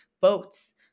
boats